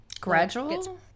Gradual